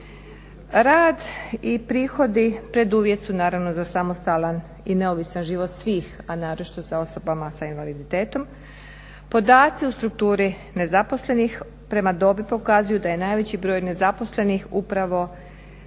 Rad i prihodi preduvjet su naravno za samostalan i neovisan život svih, a naročito sa osobama s invaliditetom. podaci u strukturi nezaposlenih prema dobi pokazuju da je najveći broj nezaposlenih upravo